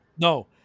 No